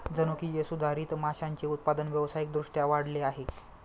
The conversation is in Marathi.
जनुकीय सुधारित माशांचे उत्पादन व्यावसायिक दृष्ट्या वाढले आहे